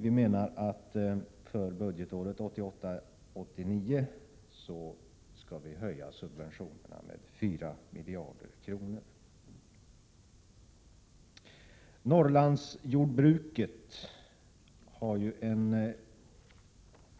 Vi menar att vi för budgetåret 1988/89 skall höja subventionerna med 4 miljarder kronor. Norrlandsjordbruket har